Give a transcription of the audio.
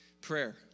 prayer